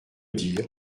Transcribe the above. dire